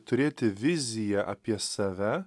turėti viziją apie save